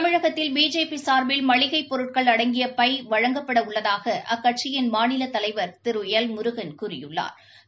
தமிழகத்தில் பிஜேபி சார்பில் மளிகைப் பொருட்கள் அடங்கிய பை வழங்கப்பட உள்ளதாக அக்கட்சியின் மாநில தலைவா் திரு எல் முருகன் கூறியுள்ளாா்